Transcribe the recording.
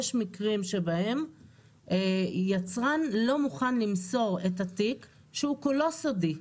יש מקרים שבהם יצרן לא מוכן למסור את התיק שהוא כולו סודי.